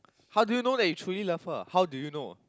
how do you know that you truly love her how do you know